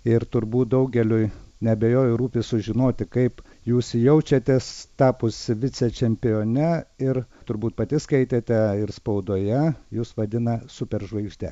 ir turbūt daugeliui neabejoju rūpi sužinoti kaip jūs jaučiatės tapusi vicečempione ir turbūt pati skaitėte ir spaudoje jus vadina superžvaigžde